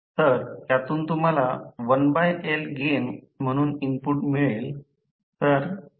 तर यातून तुम्हाला 1L गेन म्हणून इनपुट मिळेल